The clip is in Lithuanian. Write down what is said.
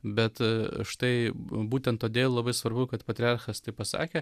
bet štai būtent todėl labai svarbu kad patriarchas taip pasakė